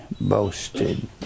boasted